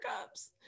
Cups